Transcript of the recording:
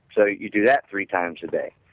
so you do that three times a day.